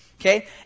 Okay